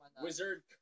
Wizard